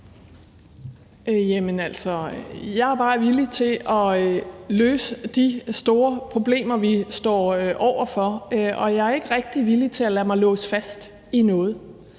jeg er meget villig til at løse de store problemer, vi står over for, og jeg er ikke rigtig villig til at lade mig låse fast i noget.